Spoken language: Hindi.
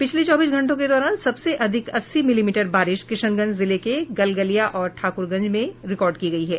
पिछले चौबीस घंटों के दौरान सबसे अधिक अस्सी मिलीमीटर बारिश किशनगंज जिले के गलगलिया और ठाकुरगंज में रिकार्ड की गयी है